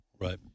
Right